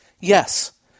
yes